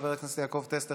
חבר הכנסת יעקב טסלר,